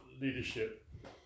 leadership